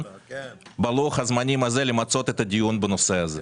בלוח הזמנים הזה למצות את הדיון בנושא הזה.